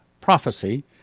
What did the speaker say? prophecy